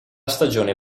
stagione